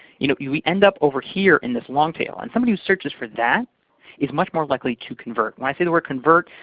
you know we end up over here in this long tail. and somebody who searches for that is much more likely to convert. when i say the word convert,